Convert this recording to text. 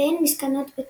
והן משכנות בתוכן,